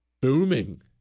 booming